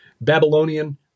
Babylonian